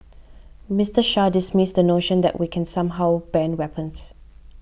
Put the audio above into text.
Mister Shah dismissed the notion that we can somehow ban weapons